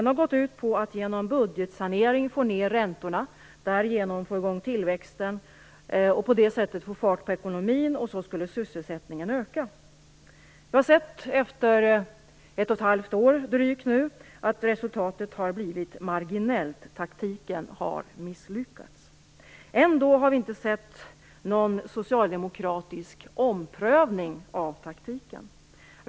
Den har gått ut på att genom budgetsanering få ned räntorna, därigenom få i gång tillväxten och på det sättet få fart på ekonomin, och så skulle sysselsättningen öka. Efter nu drygt ett och ett halvt år har vi sett att resultatet har blivit marginellt. Taktiken har misslyckats. Ändå har vi inte sett någon socialdemokratisk omprövning av taktiken.